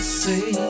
see